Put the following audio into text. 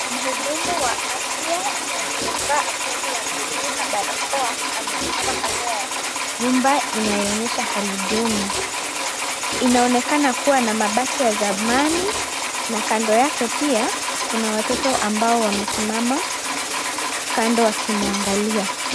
Mhudumu wa afya aliyevaa aproni ya buluu na barakoa amesimama kando ya nyumba inayoonyesha hali duni. Inaonekana kuwa na mabati ya zamani na kando yake pia kuna watoto ambao wamesimama kando akimwangalia.